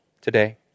today